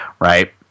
right